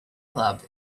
club